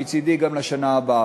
מצדי, גם לשנה הבאה.